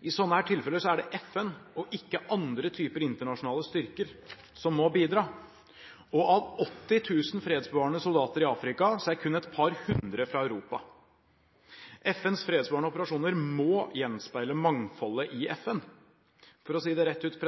I sånne tilfeller er det FN, ikke andre typer internasjonale styrker, som må bidra. Av 80 000 fredsbevarende soldater i Afrika er kun et par hundre fra Europa. FNs fredsbevarende operasjoner må gjenspeile mangfoldet i FN. For å si det rett ut: